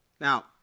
Now